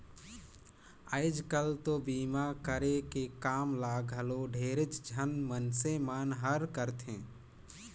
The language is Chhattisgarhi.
आयज कायल तो बीमा करे के काम ल घलो ढेरेच झन मइनसे मन हर करथे